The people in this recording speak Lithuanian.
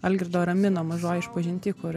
algirdo aramino mažoj išpažinty kur